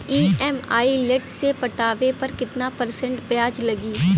EMI late से पटावे पर कितना परसेंट ब्याज लगी?